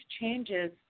changes